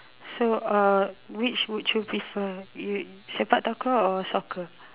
so uh which would you prefer you sepak-takraw or soccer